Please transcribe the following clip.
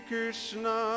Krishna